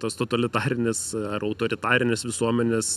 tas totalitarinis ar autoritarinės visuomenės